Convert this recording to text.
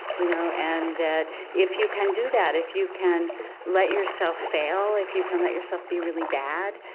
you know, and that if you can do that, if you can let yourself fail, if you can let yourself be really bad,